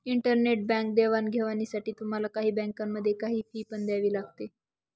internet bank देवाणघेवाणीसाठी तुम्हाला काही बँकांमध्ये, काही फी पण द्यावी लागते